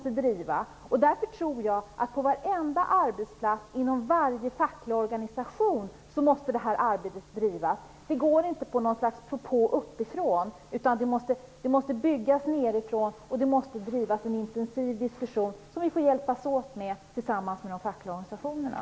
Jag tror att detta arbete måste drivas på varenda arbetsplats och inom varje facklig organisation. Det går inte på något slags propå uppifrån, utan det måste byggas nedifrån. Det måste föras en intensiv diskussion, som vi får hjälpas åt med tillsammans med de fackliga organisationerna.